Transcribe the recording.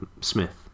Smith